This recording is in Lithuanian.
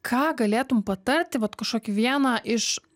ką galėtum patarti vat kažkokį vieną iš